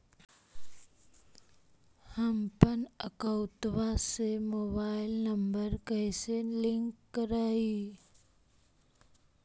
हमपन अकौउतवा से मोबाईल नंबर कैसे लिंक करैइय?